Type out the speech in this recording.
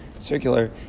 circular